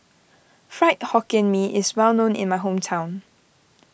Fried Hokkien Nee is well known in my hometown